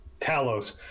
Talos